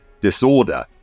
Disorder